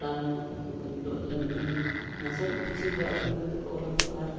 ᱛᱟᱭᱚᱢ ᱧᱚᱜ ᱩᱱᱟᱹᱝ ᱱᱟᱥᱮ ᱠᱤᱪᱷᱤ ᱜᱟᱜ ᱜᱟᱵᱟᱱ ᱠᱟᱛᱮᱫ ᱠᱚ ᱚᱞᱟᱠᱚ ᱟᱨ